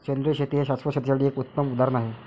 सेंद्रिय शेती हे शाश्वत शेतीसाठी एक उत्तम उदाहरण आहे